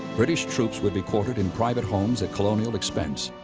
british troops would be quartered in private homes at colonial expense.